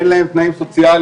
אין להם תנאים סוציאליים.